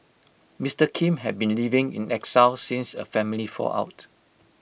Mister Kim had been living in exile since A family fallout